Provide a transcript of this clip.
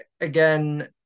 again